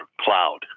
cloud